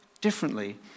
differently